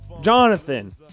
Jonathan